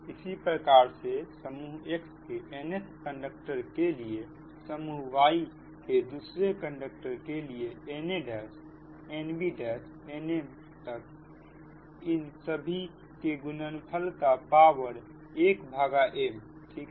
इसी प्रकार से समूह X के nth कंडक्टर के लिए समूह Y के दूसरे कंडक्टर के लिए nanb nmइन सभी के गुणनफल का पावर 1m ठीक है